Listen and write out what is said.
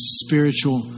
spiritual